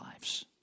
lives